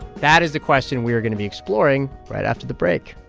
that is the question we are going to be exploring right after the break